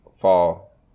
fall